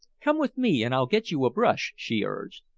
come with me, and i'll get you a brush, she urged.